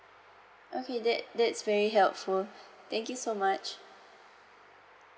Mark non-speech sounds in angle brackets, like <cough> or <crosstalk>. okay that that's very helpful <breath> thank you so much